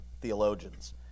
theologians